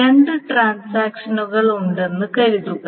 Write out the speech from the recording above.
രണ്ട് ട്രാൻസാക്ഷനുകൾ ഉണ്ടെന്ന് കരുതുക